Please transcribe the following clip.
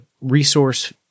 resource